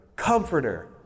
Comforter